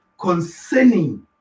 concerning